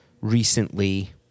recently